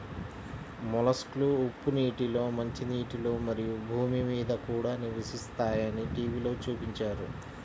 మొలస్క్లు ఉప్పు నీటిలో, మంచినీటిలో, మరియు భూమి మీద కూడా నివసిస్తాయని టీవిలో చూపించారు